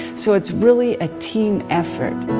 so it's really a team effort.